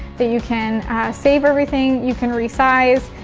that you can save everything, you can resize,